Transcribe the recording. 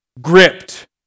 gripped